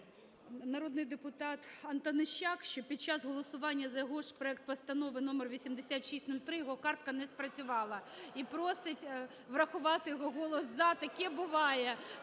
народний депутат Антонищак, що під час голосування за його ж проект Постанови № 8603 його картка не спрацювала. І просить врахувати його голос "за". Таке буває.